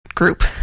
group